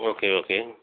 okay okay